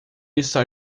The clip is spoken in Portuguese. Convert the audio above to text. está